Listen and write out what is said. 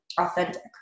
authentic